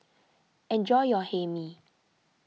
enjoy your Hae Mee